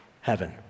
heaven